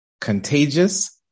Contagious